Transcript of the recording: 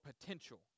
potential